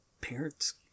parents